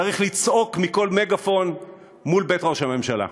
צריך לצעוק מכל מגאפון מול בית ראש הממשלה.